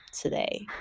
today